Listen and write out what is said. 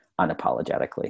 unapologetically